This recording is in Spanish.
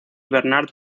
bernard